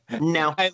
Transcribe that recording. No